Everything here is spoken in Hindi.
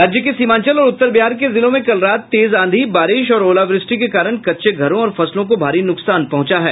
राज्य के सीमांचल और उत्तर बिहार के जिलों में कल रात तेज आंधी बारिश और ओलावृष्टि के कारण कच्चे घरों और फसलों को भारी नूकसान पहुंचा है